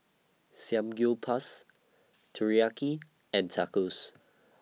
Samgyeopsal Teriyaki and Tacos